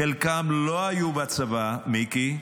חלקם לא היו בצבא, מיקי,